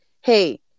hey